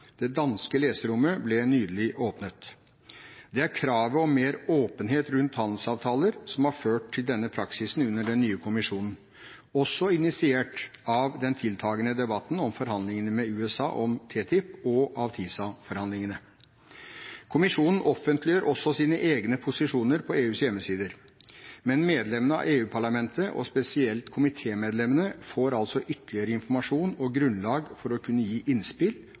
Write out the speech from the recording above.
Det danske leserommet ble nylig åpnet. Det er kravet om mer åpenhet rundt handelsavtaler som har ført til denne praksisen under den nye kommisjonen – også initiert av den tiltagende debatten om forhandlingene med USA om TTIP og av TISA-forhandlingene. Kommisjonen offentliggjør også sine egne posisjoner på EUs hjemmesider. Men medlemmene av EU-parlamentet, og spesielt komitémedlemmene, får altså ytterligere informasjon og grunnlag for å kunne gi innspill